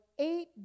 eight